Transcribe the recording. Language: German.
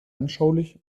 anschaulich